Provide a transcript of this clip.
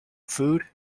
food